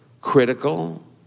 critical